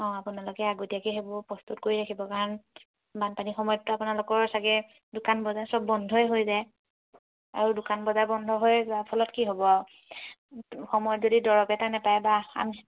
অঁ আপোনালোকে আগতীয়াকৈ সেইবোৰ প্ৰস্তুত কৰি ৰাখিব কাৰণ বানপানীৰ সময়তো আপোনালোকৰ চাগে দোকান বজাৰ চব বন্ধই হৈ যায় আৰু দোকান বজাৰ বন্ধ হৈ যোৱাৰ ফলত কি হ'ব আৰু সময়ত যদি দৰৱ এটা নাপায় বা আমি